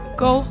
go